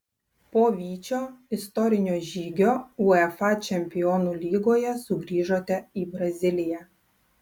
po vyčio istorinio žygio uefa čempionų lygoje sugrįžote į braziliją